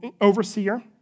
overseer